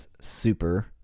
Super